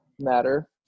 matter